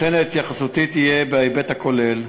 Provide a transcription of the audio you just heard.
לכן, התייחסותי תהיה בהיבט הכולל.